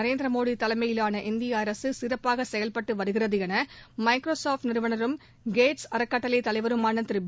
நரேந்திர மோடி தலைமையிலான இந்திய அரசு சிறப்பாக செயல்பட்டு வருகிறது என மைக்ரோசாப்ட் நிறுவனரும் கேட்ஸ் அறக்கட்டளை தலைவருமான பில்கேட்ஸ் திரு